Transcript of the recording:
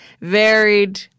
varied